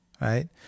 right